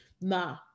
nah